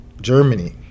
Germany